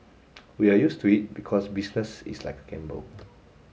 we are used to it because business is like a gamble